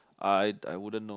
I I wouldn't know